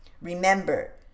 Remember